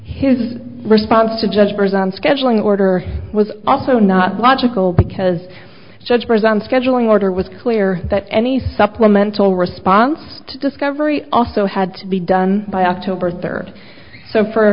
his response to judge present scheduling order was also not logical because judge garzon scheduling order was clear that any supplemental response to discovery also had to be done by october third so for